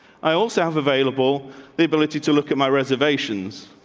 i also have available the ability to look at my reservations.